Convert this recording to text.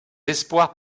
espoirs